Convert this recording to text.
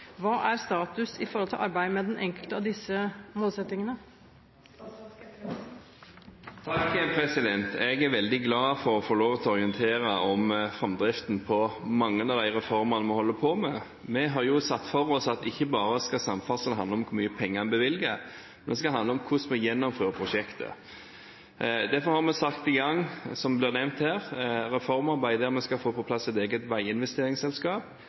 Hva er status i arbeidet med den enkelte av disse målsettingene?» Jeg er veldig glad for å få lov til å orientere om framdriften på mange av de reformene vi holder på med. Vi har sett for oss at samferdsel ikke bare skal handle om hvor mye penger vi bevilger, men om hvordan vi gjennomfører prosjekter. Derfor har vi satt i gang, som det blir nevnt her, et reformarbeid, der vi skal få på plass et eget veiinvesteringsselskap.